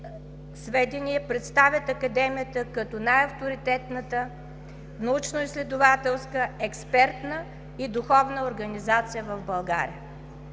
сведения представят Академията като най-авторитетната научноизследователска, експертна и духовна организация в България.